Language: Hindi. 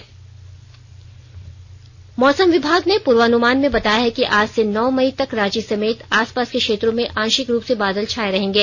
मौसम मौसम विभाग ने पूर्वानुमान में बताया है कि आज से नौ मई तक रांची समेत आस पास के क्षेत्रों में आंशिक रूप से बादल छाए रहेंगे